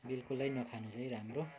बिल्कुलै नखानु चाहिँ राम्रो